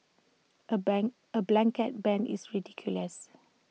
A ban A blanket ban is ridiculous